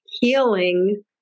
healing